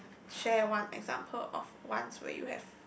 share one example of once where you have